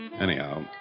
Anyhow